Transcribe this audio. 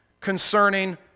concerning